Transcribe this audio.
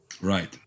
Right